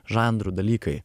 žanrų dalykai